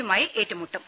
യുമായി ഏറ്റുമുട്ടും